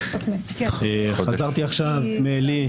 חזרתי עכשיו מעלי,